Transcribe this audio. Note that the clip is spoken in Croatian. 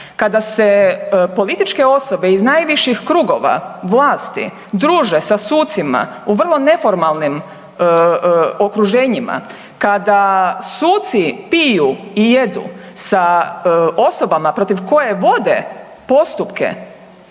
kada se političke osobe iz najviših krugova vlasti druže sa sucima u vrlo neformalnim okruženjima, kada suci piju i jedu sa osobama protiv koje vode postupke